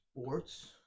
sports